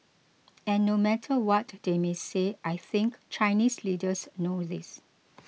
and no matter what they may say I think Chinese leaders know this